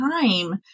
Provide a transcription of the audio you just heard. time